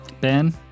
Ben